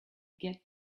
get